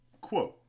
Quote